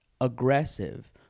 aggressive